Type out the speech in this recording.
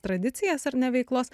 tradicijas ar ne veiklos